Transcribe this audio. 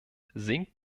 sinkt